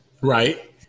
Right